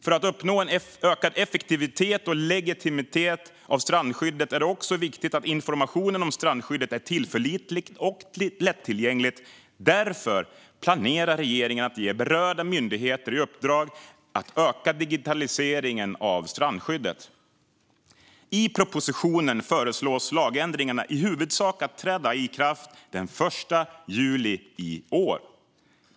För att uppnå en ökad effektivitet och legitimitet för strandskyddet är det också viktigt att informationen om strandskyddet är tillförlitlig och lättillgänglig. Därför planerar regeringen att ge berörda myndigheter i uppdrag att öka digitaliseringen av strandskyddet. I propositionen föreslås lagändringarna i huvudsak träda i kraft den 1 juli i år.